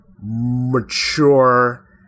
mature